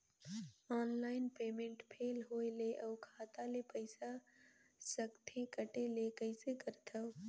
Online payment fail होय ले अउ खाता ले पईसा सकथे कटे ले कइसे करथव?